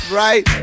right